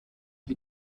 die